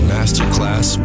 Masterclass